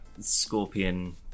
Scorpion